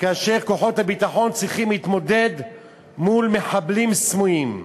כאשר כוחות הביטחון צריכים להתמודד מול מחבלים סמויים.